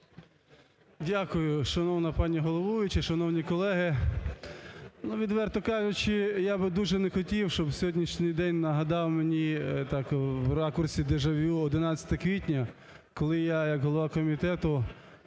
Дякую, шановна пані головуюча, шановні колеги. Ну, відверто кажучи, я би дуже не хотів, щоби сьогоднішній день нагадав мені так у ракурсі дежавю 11 квітня коли я як голова комітету